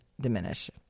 diminish